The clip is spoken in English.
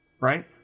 right